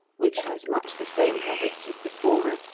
which has much the same habits as the former,